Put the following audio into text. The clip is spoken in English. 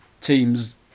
...teams